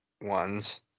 ones